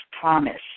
promise